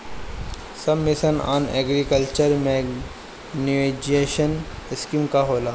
सब mission on agriculture mechanization scheme का होला?